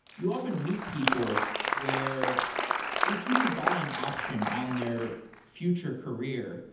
you often meet people where if you could buy an option on their future career,